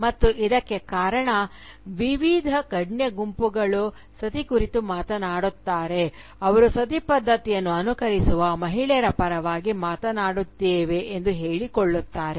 ಮತ್ತು ಇದಕ್ಕೆ ಕಾರಣ ವಿವಿಧ ಗಣ್ಯ ಗುಂಪುಗಳು ಸತಿ ಕುರಿತು ಮಾತಾಡುತ್ತಾರೆ ಅವರು ಸತಿ ಪದ್ಧತಿಯನ್ನು ಅನುಕರಿಸುವ ಮಹಿಳೆಯರ ಪರವಾಗಿ ಮಾತನಾಡುತ್ತೇವೆ ಎಂದು ಹೇಳಿಕೊಳ್ಳುತ್ತಾರೆ